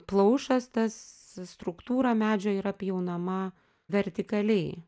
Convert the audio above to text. plaušas tas struktūra medžio yra pjaunama vertikaliai